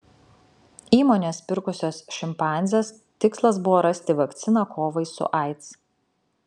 įmonės pirkusios šimpanzes tikslas buvo rasti vakciną kovai su aids